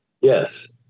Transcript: Yes